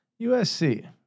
usc